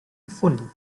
gefunden